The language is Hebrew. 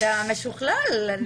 אתה משוכלל.